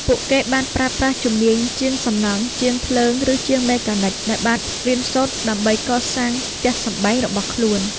ពួកគេបានប្រើប្រាស់ជំនាញជាងសំណង់ ជាងភ្លើង ឬជាងមេកានិកដែលបានរៀនសូត្រដើម្បីកសាងផ្ទះសម្បែងរបស់ខ្លួន។